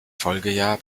folgejahr